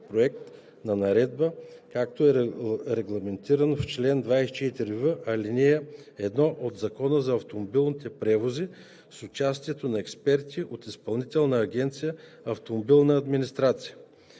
Проект на наредба, както е регламентирано в чл. 24в, ал. 1 от Закона за автомобилните превози с участието на експерти от Изпълнителна агенция „Автомобилна администрация“,